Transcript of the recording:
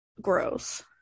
gross